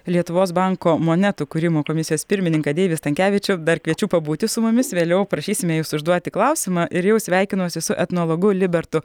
lietuvos banko monetų kūrimo komisijos pirmininką deivį stankevičių dar kviečiu pabūti su mumis vėliau prašysime jūsų užduoti klausimą ir jau sveikinosi su etnologu libertu